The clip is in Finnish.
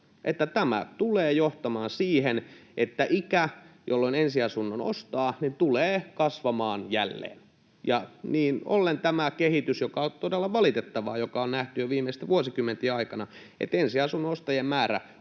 tämä tulee johtamaan siihen, että ikä, jolloin ensiasunnon ostaa, tulee kasvamaan jälleen. Niin ollen jatkuu tämä kehitys, joka on todella valitettava ja joka on nähty jo viimeisten vuosikymmenten aikana, että ensiasunnon ostajien määrä